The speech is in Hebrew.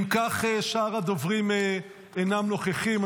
שאר הדוברים אינם נוכחים.